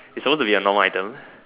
its suppose to be a normal item